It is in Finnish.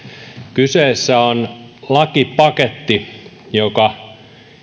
kyseessä on lakipaketti